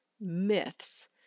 myths –